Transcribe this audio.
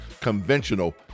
conventional